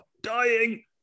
Dying